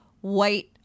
white